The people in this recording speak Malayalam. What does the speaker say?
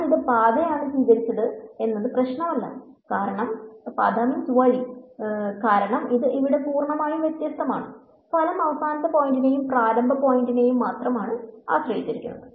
ഞാൻ ഏത് പാതയാണ് സ്വീകരിച്ചത് എന്നത് പ്രശ്നമല്ല കാരണം ഇത് ഇവിടെ പൂർണ്ണമായ വ്യത്യാസമാണ് ഫലം അവസാന പോയിന്റിനെയും പ്രാരംഭ പോയിന്റിനെയും മാത്രം ആശ്രയിച്ചിരിക്കുന്നു